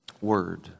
word